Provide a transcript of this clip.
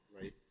right